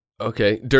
Okay